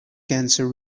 cancer